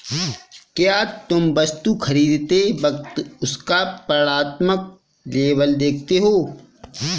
क्या तुम वस्तु खरीदते वक्त उसका वर्णात्मक लेबल देखते हो?